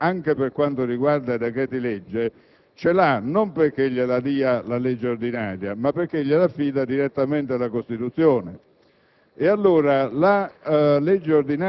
il potere di iniziativa legislativa, anche per quanto riguarda i decreti-legge, non perché glielo attribuisce la legge ordinaria, ma perché glielo affida direttamente la Costituzione.